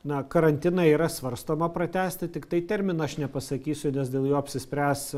na karantiną yra svarstoma pratęsti tiktai termino aš nepasakysiu nes dėl jo apsispręs